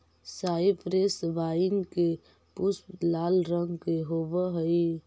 cypress vine के पुष्प लाल रंग के होवअ हई